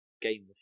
game